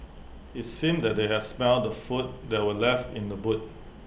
IT seemed that they had smelt the food that were left in the boot